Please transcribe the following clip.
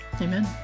Amen